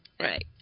Right